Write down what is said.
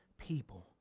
people